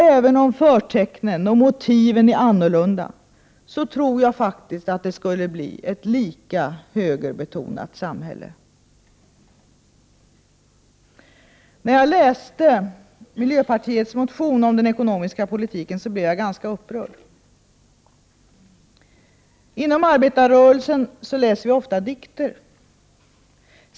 Även om förtecknen och motiven är annorlunda, tror jag faktiskt att det skulle bli ett lika högerbetonat samhälle. När jag läste miljöpartiets motion om den ekonomiska politiken blev jag ganska upprörd. Inom arbetarrörelsen läser vi ofta dikter.